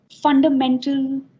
fundamental